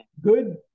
good